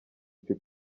icyo